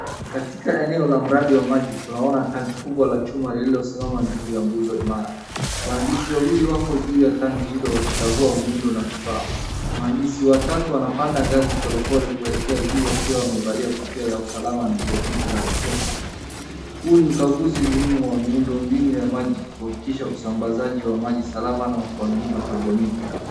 Katika eneo la mradi wa maji tunaona tanki kubwa la chuma lililosimama juu ya nguzo imara, wahandisi wawili wako juu ya tanki hilo wakikagua muundo na vifaa. Wahandisi watatu wanapanda ngazi polepole kuelekea juu wakiwa wamevalia kofia ya usalama na jaketi ya reflector .Huu ni ukaguzi muhimu wa miundo mbinu ya maji kuhakikisha usambazaji wa maji salama na wa kuaminika kwa jamii.